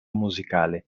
musicale